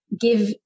give